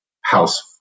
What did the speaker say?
house